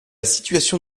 situation